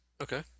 Okay